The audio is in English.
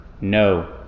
no